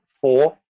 four